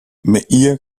meir